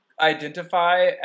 identify